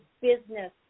business